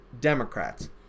Democrats